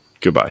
goodbye